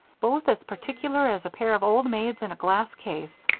both as particular as a pair of old maids in a glass case.